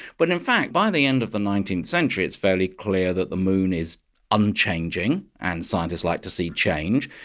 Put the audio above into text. but in fact by the end of the nineteenth century it's fairly clear that the moon is unchanging, and scientists like to see change.